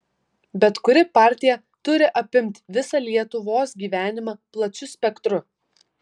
bet kuri partija turi apimt visą lietuvos gyvenimą plačiu spektru